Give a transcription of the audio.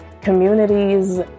Communities